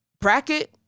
bracket